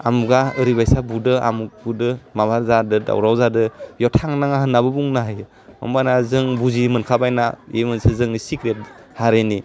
आमुगा ओरैबायसा बुंदो आमुग बुंदो माबा जादो दावराव जादो बेयाव थांनाङा होन्नाबो बुंनो हायो होमबाना जों बुजि मोनखाबायना बे मोनसे जोंनि सिक्रेट हारिनि